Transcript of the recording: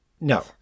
No